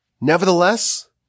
Nevertheless